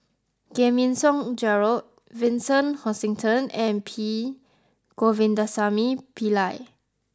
Giam Yean Song Gerald Vincent Hoisington and P Govindasamy Pillai